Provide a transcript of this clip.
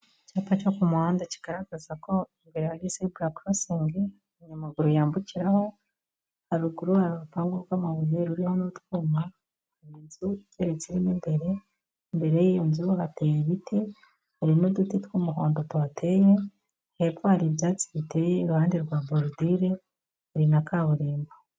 Icyapa cyo ku muhanda kigaragaza ko imbere hari Zebura korosingi umunyamaguru yambukiraho, haruguru hari urupangu rw'amabuye ruriho n'utwuma, inzu igeretse mu imbere, imbere y'iyo nzu hateye ibiti hari n'uduti tw'umuhondo tuhateye hepfo hari ibyatsi biteye iruhande rwa borudire buri na kaburimbo.